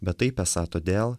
bet taip esą todėl